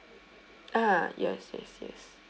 ah yes yes yes